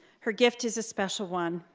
her gift is a special one,